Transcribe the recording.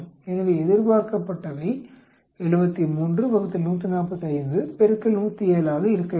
எனவே எதிர்பார்க்கப்பட்டவை 73 145 107 ஆக இருக்க வேண்டும்